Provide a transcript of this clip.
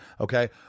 okay